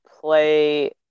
play